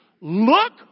Look